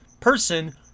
person